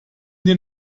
den